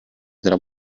della